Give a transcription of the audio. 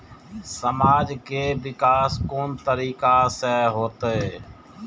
समाज के विकास कोन तरीका से होते?